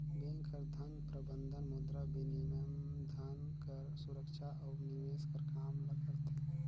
bank हर धन प्रबंधन, मुद्राबिनिमय, धन कर सुरक्छा अउ निवेस कर काम ल करथे